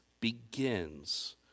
begins